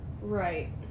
Right